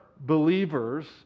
believers